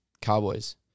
Cowboys